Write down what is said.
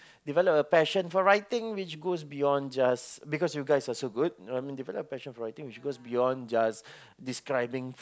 develop a passion for writing which goes beyond just because you guys are so good you know I mean develop a passion for writing which goes beyond just describing